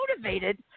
motivated